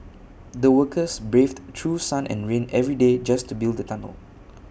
the workers braved through sun and rain every day just to build the tunnel